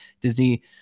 Disney